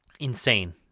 insane